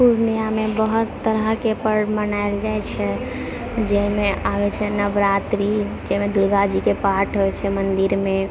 पूर्णियाँमे बहुत तरहकेँ पर्व मनाएल जाइत छै जाहिमे आवै छै नवरात्रि जाहिमे दुर्गाजीके पाठ होइ छै मन्दिरमे